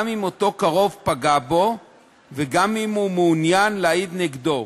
גם אם אותו קרוב פגע בו וגם אם הוא מעוניין להעיד נגדו.